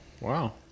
Wow